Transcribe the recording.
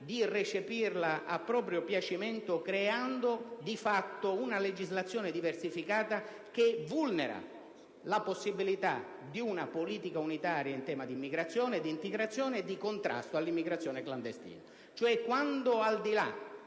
di recepirla a proprio piacimento, creando di fatto una legislazione diversificata che vulnera la possibilità di una politica unitaria in tema di immigrazione, di integrazione e di contrasto all'immigrazione clandestina.